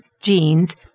genes